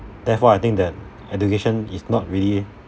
therefore I think that education is not really